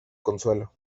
consuelo